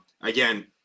again